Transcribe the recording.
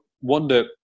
wonder